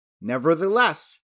Nevertheless